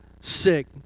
sick